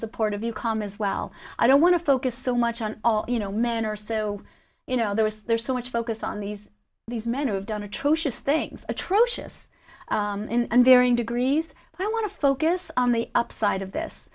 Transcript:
supportive you come as well i don't want to focus so much on all you know men are so you know there is there's so much focus on these these men who have done atrocious things atrocious in varying degrees i want to focus on the upside of this